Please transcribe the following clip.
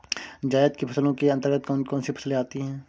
जायद की फसलों के अंतर्गत कौन कौन सी फसलें आती हैं?